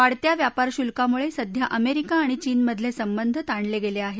वाढत्या व्यापार शुल्कामुळे सध्या अमेरिका आणि चीन मधले संबंध ताणले गेले आहेत